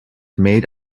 made